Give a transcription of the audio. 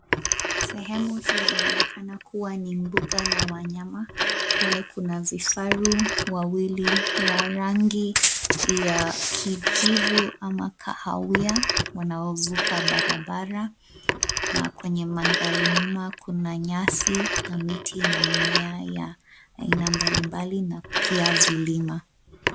Sehemu hii inaonekana kuwa ni mbuga la wanyama. Pale kuna vifaru wawili wa rangi ya kijivu ama kahawia wanaovuka barabara na kwenye mandhari nyuma kuna nyasi na miti na mimea ya aina mbalimbali na pia vilima.